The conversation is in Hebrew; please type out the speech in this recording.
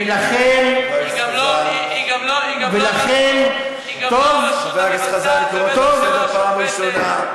היא גם לא הרשות המבצעת ובטח שלא השופטת.